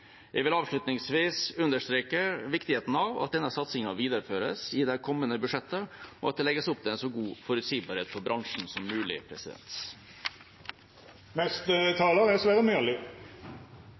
Jeg vil avslutningsvis understreke viktigheten av at denne satsingen videreføres i de kommende budsjettene, og at det legges opp til en så god forutsigbarhet for bransjen som mulig.